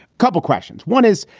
couple of questions. one is,